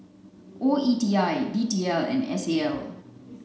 O E T I D T L and S A L